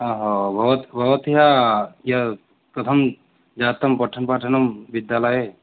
अहो भवत् भवत्याः यत् कथं जातं पठनपाठनं विद्यालये